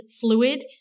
fluid